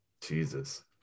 Jesus